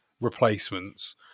replacements